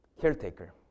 caretaker